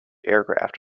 aircraft